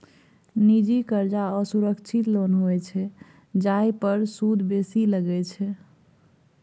निजी करजा असुरक्षित लोन होइत छै जाहि पर सुद बेसी लगै छै